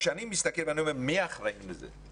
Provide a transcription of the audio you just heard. כשאני מסתכל, אני אומר, מי האחראים לזה?